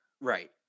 Right